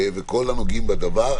ועם כל הנוגעים בדבר.